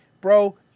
bro